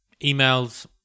emails